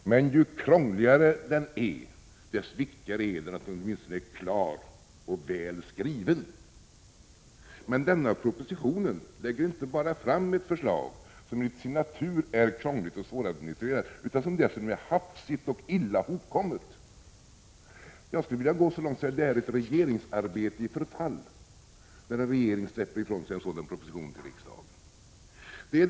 Ju krångligare den är, dess viktigare är det emellertid att den åtminstone är klar och väl skriven. Men i denna proposition läggs fram ett förslag som till sin natur inte bara är krångligt och svåradministrerat utan som dessutom är hafsigt och illa hopkommet. Jag skulle vilja gå så långt som att säga att det är ett regeringsarbete i förfall, när en regering släpper ifrån sig en sådan proposition till riksdagen.